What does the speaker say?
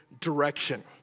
direction